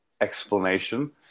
explanation